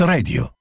Radio